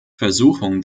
versuchung